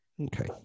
okay